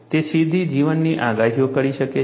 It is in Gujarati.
તે સીધી જીવનની આગાહીઓ કરી શકે છે